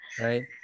right